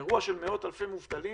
אירוע של מאות אלפי מובטלים.